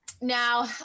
Now